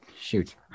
Shoot